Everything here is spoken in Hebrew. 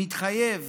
מתחייב